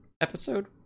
episode